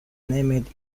named